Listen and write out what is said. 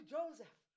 Joseph